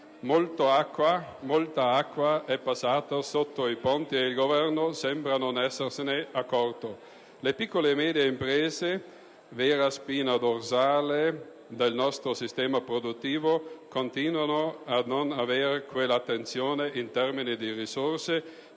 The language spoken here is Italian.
molta acqua è passata sotto i ponti e il Governo sembra non essersene accorto. Le piccole e medie imprese, vera spina dorsale del nostro sistema produttivo, continuano a non aver quell'attenzione in termini di risorse,